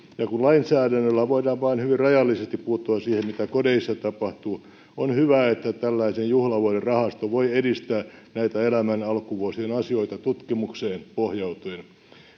ja kun lainsäädännöllä voidaan vain hyvin rajallisesti puuttua siihen mitä kodeissa tapahtuu on hyvä että tällainen juhlavuoden rahasto voi edistää näitä elämän alkuvuosien asioita tutkimukseen pohjautuen